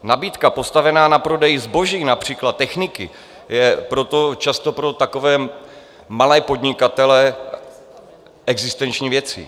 Nabídka postavená na prodeji zboží, například techniky, je proto často pro takové malé podnikatele existenční věcí.